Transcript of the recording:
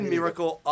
Miracle